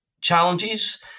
challenges